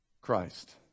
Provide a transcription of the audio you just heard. Christ